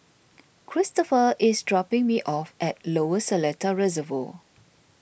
Kristopher is dropping me off at Lower Seletar Reservoir